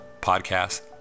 Podcast